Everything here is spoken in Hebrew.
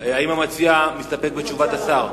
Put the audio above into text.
האם המציע מסתפק בתשובת השר?